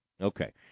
Okay